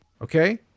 Okay